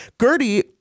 Gertie